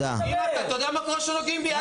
אתה יודע מה קורה כשנוגעים בי?